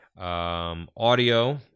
Audio